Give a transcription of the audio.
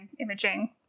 imaging